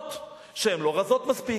חושבות שהן לא רזות מספיק,